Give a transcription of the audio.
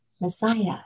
Messiah